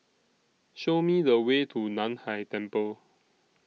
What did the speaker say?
Show Me The Way to NAN Hai Temple